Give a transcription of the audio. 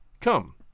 Come